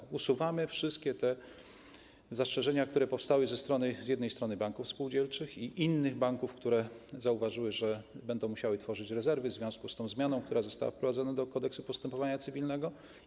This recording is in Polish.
Z jednej strony usuwamy wszystkie te zastrzeżenia, które powstały ze strony banków spółdzielczych i innych banków, które zauważyły, że będą musiały tworzyć rezerwy w związku z tą zmianą, która została wprowadzona do Kodeksu postępowania cywilnego.